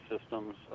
systems